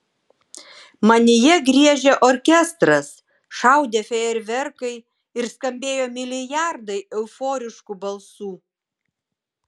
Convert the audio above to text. manyje griežė orkestras šaudė fejerverkai ir skambėjo milijardai euforiškų balsų